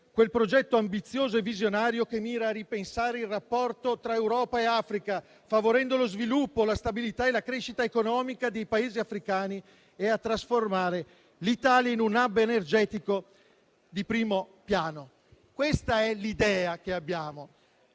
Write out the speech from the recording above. quel progetto ambizioso e visionario che mira a ripensare il rapporto tra Europa e Africa favorendo lo sviluppo, la stabilità e la crescita economica dei Paesi africani e a trasformare l'Italia in un *hub* energetico di primo piano. Questa è l'idea che abbiamo.